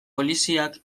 poliziak